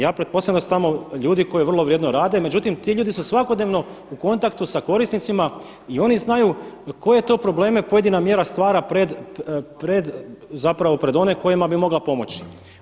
Ja pretpostavljam da su tamo ljudi koji vrlo vrijedno rade, međutim ti ljudi su svakodnevno u kontaktu sa korisnicima i oni znaju koje to probleme pojedina mjera stvara pred, zapravo pred one kojima bi mogla pomoći.